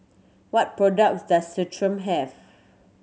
what products does Centrum have